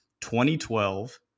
2012